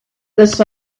this